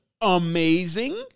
amazing